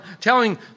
telling